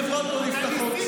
חברות לא נפתחות,